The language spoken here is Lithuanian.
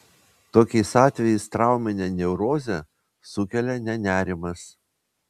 tokiais atvejais trauminę neurozę sukelia ne nerimas